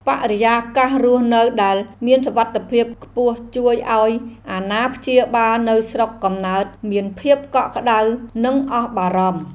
បរិយាកាសរស់នៅដែលមានសុវត្ថិភាពខ្ពស់ជួយឱ្យអាណាព្យាបាលនៅស្រុកកំណើតមានភាពកក់ក្តៅនិងអស់បារម្ភ។